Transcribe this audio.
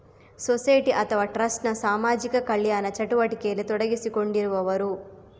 society ಅಥವಾ trust ನ ಸಾಮಾಜಿಕ ಕಲ್ಯಾಣ ಚಟುವಟಿಕೆಯಲ್ಲಿ ತೊಡಗಿಸಿಕೊಂಡಿರುವವರು